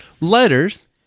Letters